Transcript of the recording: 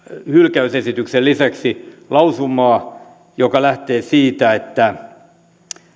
hylkäysesityksen lisäksi lausumaa joka lähtee siitä että